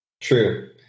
True